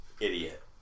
idiot